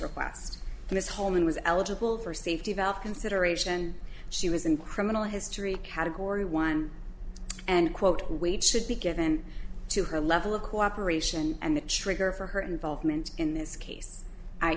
request for this hole in was eligible for safety valve consideration she was in criminal history category one and quote wade should be given to her level of cooperation and the trigger for her involvement in this case i